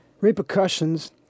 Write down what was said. repercussions